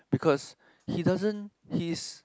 because he doesn't he is